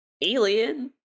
Alien